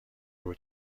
بود